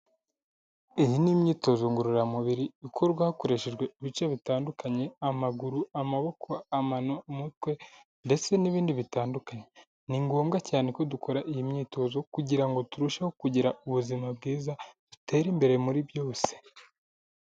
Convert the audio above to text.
Iyi ni imyitozo ngororamubiri ikorwa hakoreshejwe ibice bitandukanye, amaguru, amaboko, amano, umutwe ndetse n'ibindi bitandukanye. Ni ngombwa cyane ko dukora iyi myitozo kugira ngo turusheho kugira ubuzima bwiza, dutere imbere muri byose.